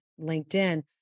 LinkedIn